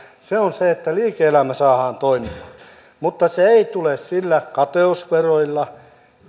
se tapahtuu niin että liike elämä saadaan toimimaan mutta se ei tule niillä kateusveroilla